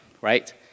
right